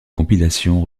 compilations